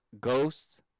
ghosts